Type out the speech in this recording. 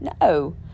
No